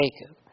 Jacob